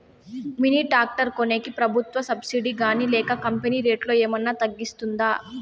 Mini tractor కొనేకి ప్రభుత్వ subsidy గాని లేక కంపెని రేటులో ఏమన్నా తగ్గిస్తుందా?